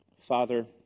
Father